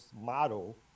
model